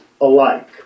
alike